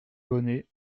bonnet